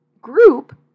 group